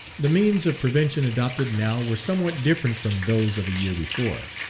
the means of prevention adopted now were somewhat different from those of a year before.